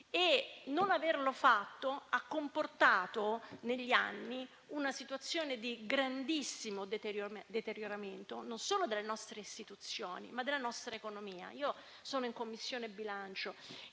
Non averlo fatto ha comportato, negli anni, una situazione di grandissimo deterioramento non solo delle nostre istituzioni, ma della nostra economia. Io sono in Commissione bilancio